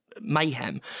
mayhem